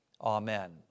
Amen